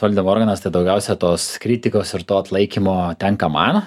valdymo organas tai daugiausia tos kritikos ir to atlaikymo tenka man